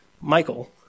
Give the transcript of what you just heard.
Michael